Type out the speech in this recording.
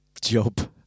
job